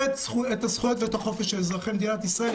את הזכויות ואת החופש של אזרחי מדינת ישראל.